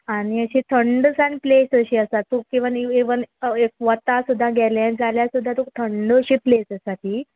आनी अशी थंडसाण प्लेस अशी आसा तुका इवन इवन एक वता सुद्दां गेले जाल्यार सुद्दां तुका थंड अशी प्लेस आसा ती